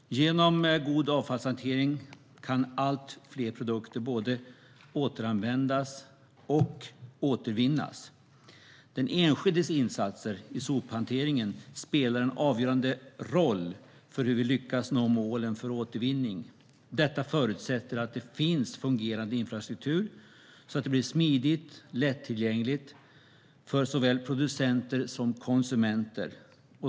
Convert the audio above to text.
Med hjälp av god avfallshantering kan allt fler produkter både återanvändas och återvinnas. Den enskildes insatser i sophanteringen spelar en avgörande roll för hur vi lyckas nå målen för återvinning. Detta förutsätter att det finns fungerande infrastruktur så att det blir smidigt och lätttillgängligt för såväl producenter som konsumenter.